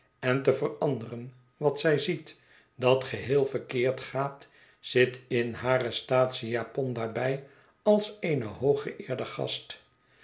en te veranderen wat zij ziet dat geheel verkeerd gaat zit in hare staatsiejapon daarbij als eene hooggeëerde gast